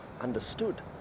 understood